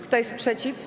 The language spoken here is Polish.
Kto jest przeciw?